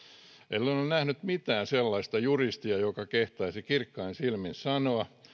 en ole nähnyt yhtään sellaista juristia joka kehtaisi kirkkain silmin sanoa